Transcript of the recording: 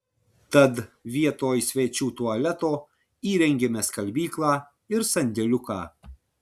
tad vietoj svečių tualeto įrengėme skalbyklą ir sandėliuką